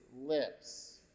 lips